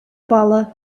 паллӑ